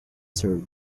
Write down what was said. served